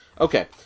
okay